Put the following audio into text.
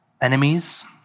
enemies